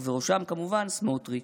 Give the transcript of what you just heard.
ובראשם כמובן סמוטריץ'.